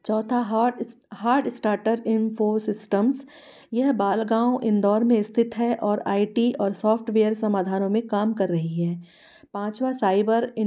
चौथा hot heart starter infosystem यह बालगाँव इंदौर में स्थित है और आई टी और सॉफ्टवेयर समाधानों में काम कर रही है पाँचवा साइबर इन्फोसिस्टमस